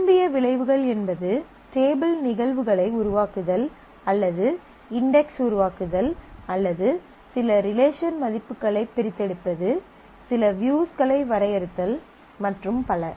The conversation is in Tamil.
விரும்பிய விளைவுகள் என்பது டேபிள் நிகழ்வுகளை உருவாக்குதல் அல்லது இன்டெஸ் உருவாக்குதல் அல்லது சில ரிலேஷன் மதிப்புகளைப் பிரித்தெடுப்பது சில வியூஸ்களை வரையறுத்தல் மற்றும் பல